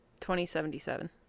2077